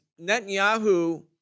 Netanyahu